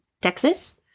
Texas